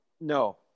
No